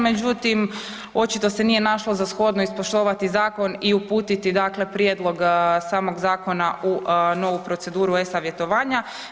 Međutim, očito se nije našlo za shodno ispoštovati zakon i uputiti, dakle prijedlog samog zakona u novu proceduru e-savjetovanja.